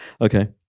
Okay